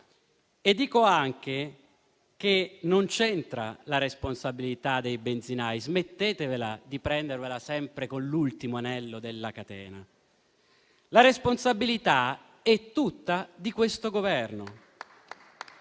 E dico anche che non c'entra la responsabilità dei benzinai: smettetela di prendervela sempre con l'ultimo anello della catena. La responsabilità è tutta del Governo.